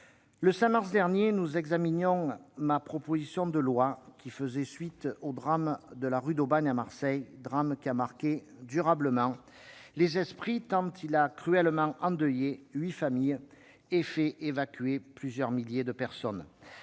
le 5 mars dernier, nous examinions ma proposition de loi qui faisait suite au drame de la rue d'Aubagne à Marseille, drame qui a marqué durablement les esprits, tant il a cruellement endeuillé huit familles puis entraîné l'évacuation de plusieurs milliers de personnes.